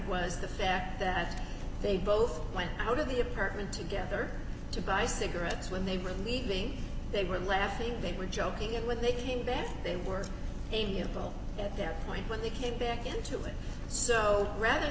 was the fact that they both went out of the apartment together to buy cigarettes when they were leaving they were laughing they were joking it when they came back they were amiable at that point when they came back into it so rather